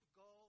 go